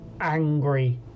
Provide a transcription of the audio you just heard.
angry